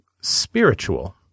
spiritual